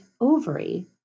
ovary